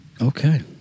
Okay